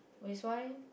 which why